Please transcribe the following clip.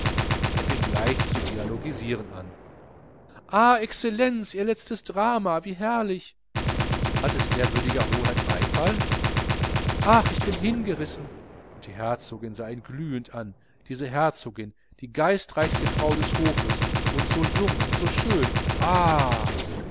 und er fing gleich zu dialogisieren an ah exzellenz ihr letztes drama wie herrlich hat es ew hoheit beifall ach ich bin hingerissen und die herzogin sah ihn glühend an diese herzogin die geistreichste frau des hofes und so jung und schön ah